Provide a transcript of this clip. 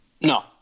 No